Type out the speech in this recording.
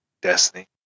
Destiny